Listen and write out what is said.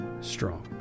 strong